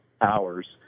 hours